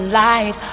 light